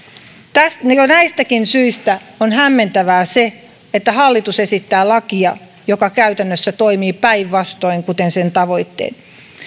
jo näistäkin syistä on hämmentävää se että hallitus esittää lakia joka käytännössä toimii päinvastoin kuin sen tavoitteet